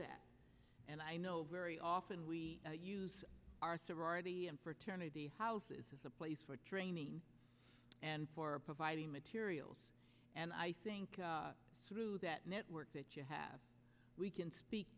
that and i know very often we use our sorority and fraternity houses as a place for training and for providing materials and i think through that network that you have we can speak